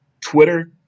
Twitter